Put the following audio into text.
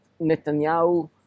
Netanyahu